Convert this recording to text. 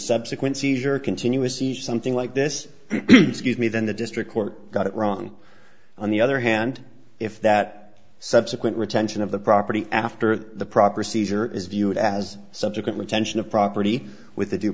subsequent seizure continuously something like this excuse me then the district court got it wrong on the other hand if that subsequent retention of the property after the proper seizure is viewed as subsequently tension of property with the du